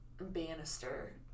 banister